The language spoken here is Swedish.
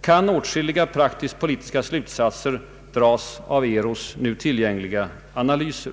kan åtskilliga praktiskt politiska slutsatser dras av ERU:s nu tillgängliga analyser.